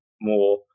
more